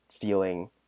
feeling